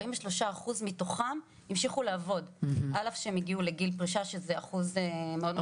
43% מתוכם המשיכו לעבוד כשהם הגיעו לגיל פרישה שזה אחוז מאוד מאוד גבוה.